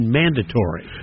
mandatory